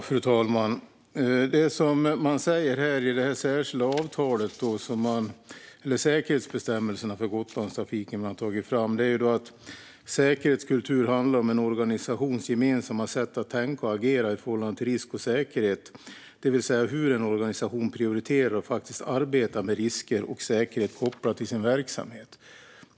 Fru talman! I de framtagna säkerhetsbestämmelserna för Gotlandstrafiken sägs följande: Säkerhetskultur handlar om en organisations gemensamma sätt att tänka och agera i förhållande till risk och säkerhet, det vill säga hur en organisation prioriterar och faktiskt arbetar med risker och säkerhet kopplat till sin verksamhet.